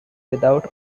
without